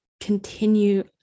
continue